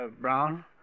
Brown